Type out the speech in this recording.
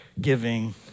giving